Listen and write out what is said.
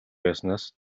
байснаас